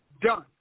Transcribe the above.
Done